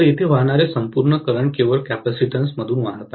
तर येथे वाहणारे संपूर्ण करंट केवळ कॅपेसिटन्स मधूनच वाहते